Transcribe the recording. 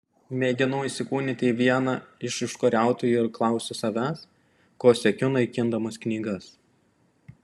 mėginu įsikūnyti į vieną iš užkariautojų ir klausiu savęs ko siekiu naikindamas knygas